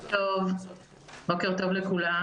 בוקר טוב לכולם.